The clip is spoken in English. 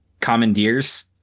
Commandeers